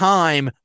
time